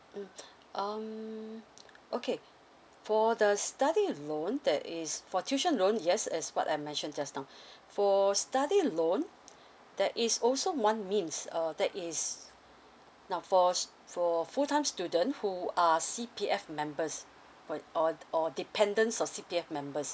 mm um okay for the study loan that is for tuition loan yes as what I mentioned just now for study loan there is also one means uh that is now for s~ for full time student who are C_P_F members or or or dependent of C_P_F members